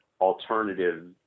alternative